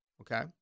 Okay